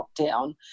lockdown